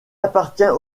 appartient